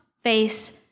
face